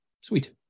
sweet